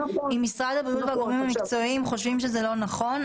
אם משרד הבריאות והגורמים המקצועיים חושבים שזה לא נכון,